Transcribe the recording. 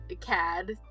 CAD